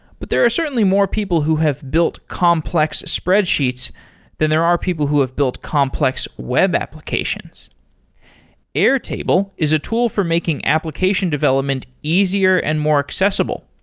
but there are certainly more people who have built complex spreadsheets than there are people who have built complex web applications airtable is a tool for making application development easier and more accessible.